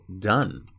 done